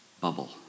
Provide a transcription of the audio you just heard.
bubble